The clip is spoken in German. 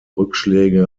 rückschläge